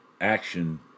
action